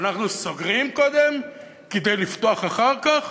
אנחנו סוגרים קודם כדי לפתוח אחר כך?